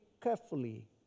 carefully